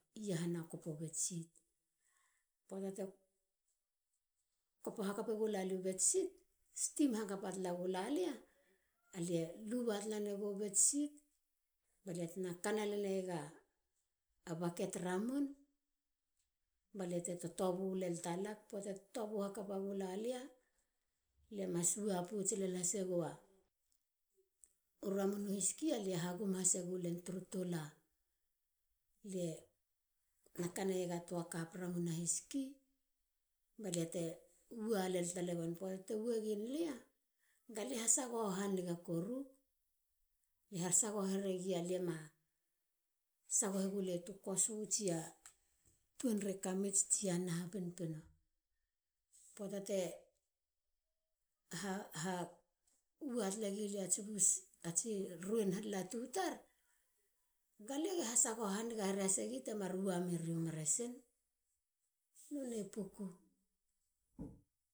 Iahana kopo bedsheet. poata te kopo hakapegula lie bedsheet. steam hakapatala gula lia. lu ba tale go bedsheet a kana lenega baket ramun. baliate totobu len talak. poata te tobu hakapa gula lia. lie mas wa pouts len hasegua ramun u hiski alie hagum hase gulen turu tula. kanaiega tua cup a hiski ba te wa len talegen. poata te wa gen alia. ga lia hasagoho haniga koruk. le hasagogo heregia lie ma sagoho gulei ta kosu. tuenrei kamits tsia naha. poata te wa megilia mats ruen latu tar. lie ron hasagoho habigantoak